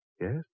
Yes